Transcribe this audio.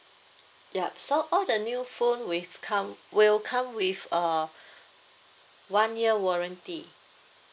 yup so all the new phone with come will come with a one year warranty